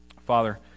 Father